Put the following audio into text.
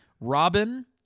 Robin